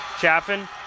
Chaffin